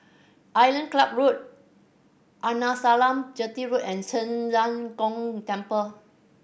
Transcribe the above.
Island Club Road Arnasalam Chetty Road and Zhen Ren Gong Temple